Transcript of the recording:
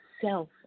self